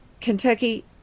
Kentucky